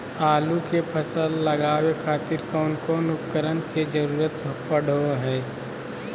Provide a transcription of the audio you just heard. आलू के फसल लगावे खातिर कौन कौन उपकरण के जरूरत पढ़ो हाय?